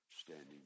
standing